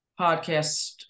podcast